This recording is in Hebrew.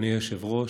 אדוני היושב-ראש,